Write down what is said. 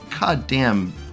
goddamn